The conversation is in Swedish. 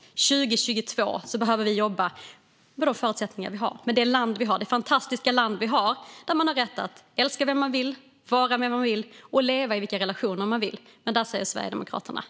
År 2022 behöver vi jobba med de förutsättningar vi har och med det land vi har - det fantastiska land vi har där man har rätt att älska vem man vill, vara vem man vill och leva i vilka relationer man vill. Men där säger Sverigedemokraterna nej.